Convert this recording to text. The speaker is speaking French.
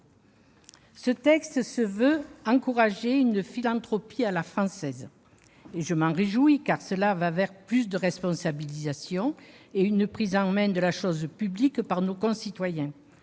Ce texte entend encourager une « philanthropie à la française » et je m'en réjouis, car cela va vers plus de responsabilisation et une prise en main de la chose publique par nos concitoyens.